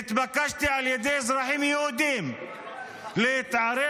נתבקשתי על ידי אזרחים יהודים להתערב